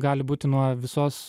gali būti nuo visos